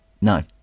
No